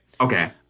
Okay